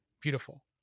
Beautiful